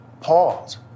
pause